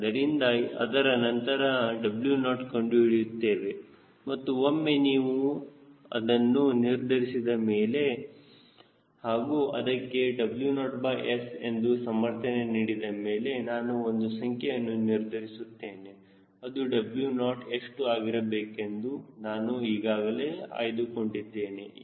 ಆದ್ದರಿಂದ ಅದರ ನಂತರ W0 ಕಂಡು ಹಿಡಿಯುತ್ತೇವೆ ಮತ್ತು ಒಮ್ಮೆ ನೀವು ಅದನ್ನು ನಿರ್ಧರಿಸಿದ ಮೇಲೆ ಹಾಗೂ ಅದಕ್ಕೆ W0S ಎಂದು ಸಮರ್ಥನೆ ನೀಡಿದ ಮೇಲೆ ನಾನು ಒಂದು ಸಂಖ್ಯೆಯನ್ನು ನಿರ್ಧರಿಸುತ್ತೇನೆ ಮತ್ತು W0 ಎಷ್ಟು ಆಗಿರಬೇಕೆಂದು ನಾನು ಈಗಾಗಲೇ ಆಯ್ದುಕೊಂಡಿದ್ದೇನೆ